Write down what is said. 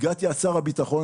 הגעתי עד שר הביטחון.